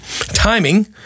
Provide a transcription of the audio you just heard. Timing